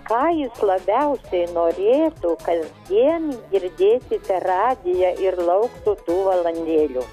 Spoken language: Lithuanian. ką jis labiausiai norėtų kasdien girdėti per radiją ir lauktų tų valandėlių